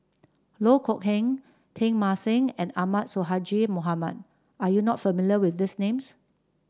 Loh Kok Heng Teng Mah Seng and Ahmad Sonhadji Mohamad are you not familiar with these names